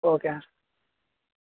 okay